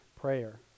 prayer